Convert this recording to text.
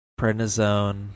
prednisone